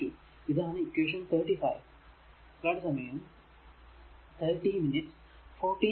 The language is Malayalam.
ഇതാണ് ഇക്വേഷൻ 35